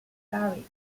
varies